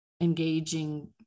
engaging